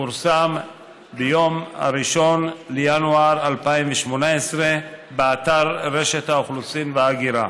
שפורסם ביום 1 בינואר 2018 באתר רשות האוכלוסין וההגירה.